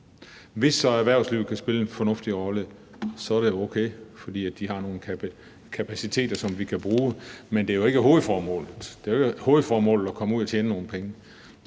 Hvis så erhvervslivet kan spille en fornuftig rolle, er det okay, for de har nogle kapaciteter, som vi kan bruge. Men det er jo ikke hovedformålet. Det er jo ikke hovedformålet at komme ud og tjene nogle penge.